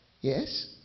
Yes